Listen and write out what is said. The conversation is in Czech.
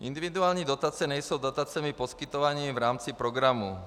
Individuální dotace nejsou dotacemi poskytovanými v rámci programu.